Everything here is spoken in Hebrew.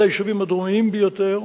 אלה היישובים הדרומיים ביותר,